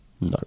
no